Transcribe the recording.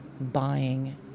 buying